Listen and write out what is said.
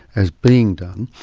as being done,